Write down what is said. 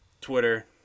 Twitter